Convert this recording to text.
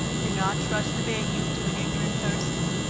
do not trust the baking to an ignorant person,